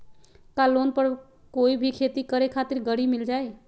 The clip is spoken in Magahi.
का लोन पर कोई भी खेती करें खातिर गरी मिल जाइ?